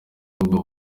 ahubwo